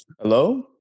Hello